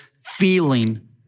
feeling